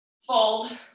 fold